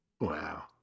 Wow